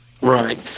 Right